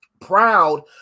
Proud